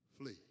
flee